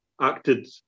acted